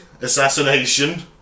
assassination